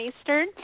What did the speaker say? Eastern